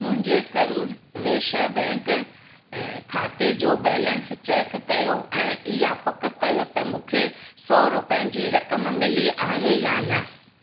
मुंहिंजे करुर वैश्य बैंक खाते जो बैलेंस चेक कयो ऐं इहा पक कयो त मूंखे सौ रुपियनि जी रक़म मिली आहे या न